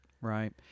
Right